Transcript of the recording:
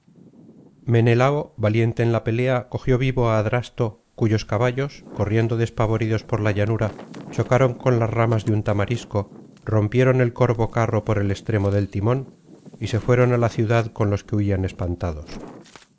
menelao valiente en la pelea cogió vivo á adrasto cuyos caballos corriendo despavoridos por la llanura chocaron con las ramas de un tamarisco rompieron el cor'o carro por el extremo del timón y se fueron á la ciudad con los que huían espantados